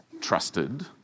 trusted